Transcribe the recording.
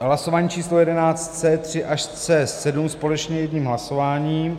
V hlasování číslo jedenáct C3 až C7 společně jedním hlasováním.